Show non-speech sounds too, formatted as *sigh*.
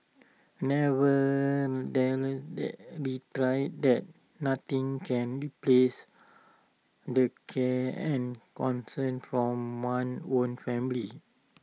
never *unintelligible* reiterated that nothing can replace the care and concern from one's own family